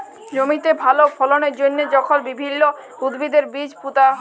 জমিতে ভাল ফললের জ্যনহে যখল বিভিল্ল্য উদ্ভিদের বীজ পুঁতা হ্যয়